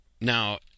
Now